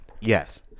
Yes